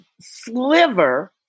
sliver